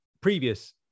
previous